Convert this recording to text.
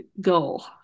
goal